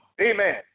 amen